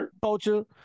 culture